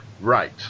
Right